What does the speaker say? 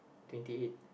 twenty eight